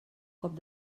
cop